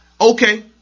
okay